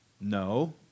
No